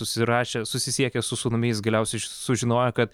susirašę susisiekęs su sūnumi jis galiausiai sužinojo kad